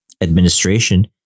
administration